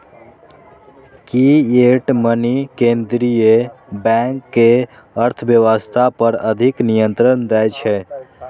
fiat money केंद्रीय bank कें अर्थव्यवस्था पर अधिक नियंत्रण दै छै